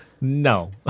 no